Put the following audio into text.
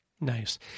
Nice